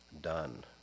done